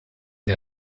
der